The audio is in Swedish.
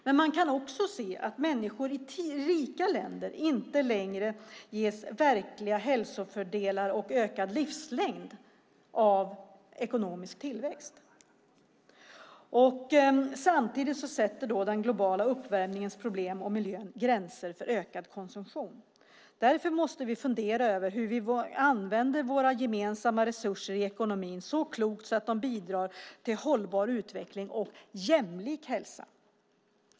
Men man kan också se att människor i rika länder inte längre ges verkliga hälsofördelar och ökad livslängd av ekonomisk tillväxt. Samtidigt sätter den globala uppvärmningens problem och miljön gränser för ökad konsumtion. Därför måste vi fundera över hur vi kan använda våra gemensamma resurser i ekonomin så klokt att de bidrar till hållbar utveckling och jämlik hälsa.